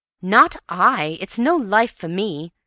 not i! it's no life for me.